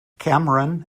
cameron